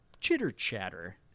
chitter-chatter